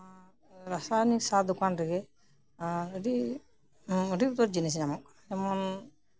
ᱨᱟᱥᱟᱭᱚᱱᱤᱠ ᱥᱟᱨ ᱫᱚᱠᱟᱱ ᱨᱮᱜᱮ ᱟᱹᱰᱤ ᱩᱛᱟᱹᱨ ᱡᱤᱱᱤᱥ ᱧᱟᱢᱚᱜᱼᱟ ᱡᱮᱢᱚᱱ